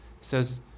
says